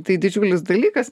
tai didžiulis dalykas